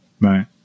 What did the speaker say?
right